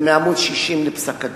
זה מעמוד 60 בפסק הדין.